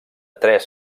tres